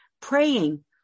praying